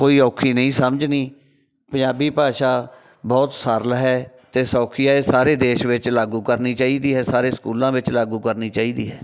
ਕੋਈ ਔਖੀ ਨਹੀਂ ਸਮਝਣੀ ਪੰਜਾਬੀ ਭਾਸ਼ਾ ਬਹੁਤ ਸਰਲ ਹੈ ਅਤੇ ਸੌਖੀ ਹੈ ਇਹ ਸਾਰੇ ਦੇਸ਼ ਵਿੱਚ ਲਾਗੂ ਕਰਨੀ ਚਾਹੀਦੀ ਹੈ ਸਾਰੇ ਸਕੂਲਾਂ ਵਿੱਚ ਲਾਗੂ ਕਰਨੀ ਚਾਹੀਦੀ ਹੈ